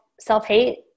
self-hate